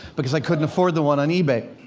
because i couldn't afford the one on ebay.